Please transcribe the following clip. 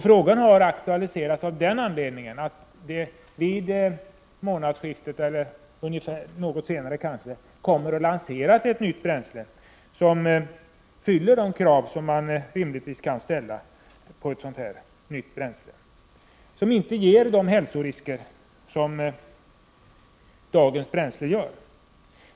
Frågan har aktualiserats av den anledningen att det vid kommande månadsskifte eller något senare kommer att lanseras ett nytt bränsle som fyller de krav som man rimligtvis kan ställa på ett nytt bränsle, som alltså inte medför de hälsorisker som dagens bränslen medför.